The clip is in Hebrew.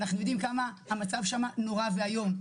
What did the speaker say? אנחנו יודעים כמה המצב שם נורא ואיום,